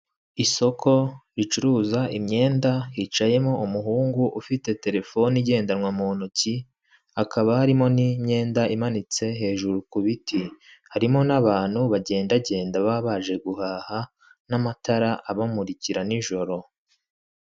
Isoko ricuruza imyenda; hicayemo umuhungu ufite telefone igendanwa mu ntoki; hakaba harimo n'imyenda imanitse hejuru ku biti; harimo n'abantu bagendagenda baba baje guhaha, n'amatara abamurikira n'ijoro.